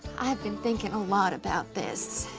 i've been thinkin' a lot about this.